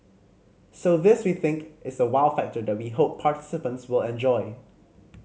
so this we think is a wow factor that we hope participants will enjoy